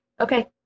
Okay